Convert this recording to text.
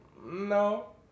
no